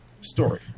story